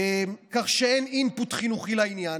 כך שאין input חינוכי לעניין.